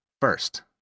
First